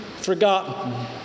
forgotten